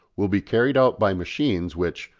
will be carried out by machines which,